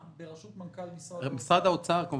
בראשות מנכ"ל משרד האוצר, אני מבין.